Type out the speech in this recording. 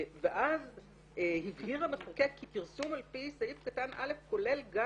ואז הבהיר המחוקק כי פרסום על פי סעיף קטן (א) כולל גם